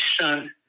son